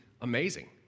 amazing